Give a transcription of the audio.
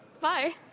bye